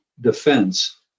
defense